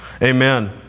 Amen